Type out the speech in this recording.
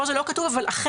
פה זה לא כתוב, אבל אכן,